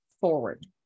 forward